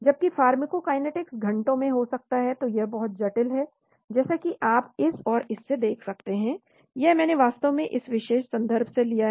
जबकि फार्माकोकाइनेटिक्स घंटों में हो सकता है तो यह बहुत जटिल है जैसा कि आप इस और इस से देख सकते हैं यह मैंने वास्तव में इस विशेष संदर्भ से लिया है